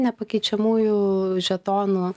nepakeičiamųjų žetonų